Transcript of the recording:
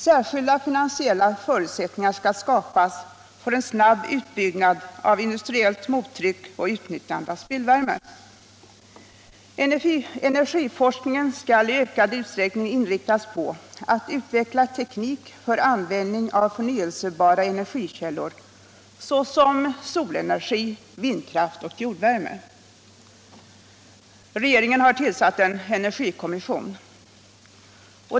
Särskilda finansiella förutsättningar skall skapas för en snabb utbyggnad av industriellt mottryck och utnyttjande av spillvärme. Energiforskningen skall i ökad utsträckning inriktas på att utveckla teknik för användning av förnyelsebara energikällor, såsom solenergi, vindkraft och jordvärme.” Regeringen har tillsatt en energikommission.